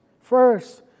First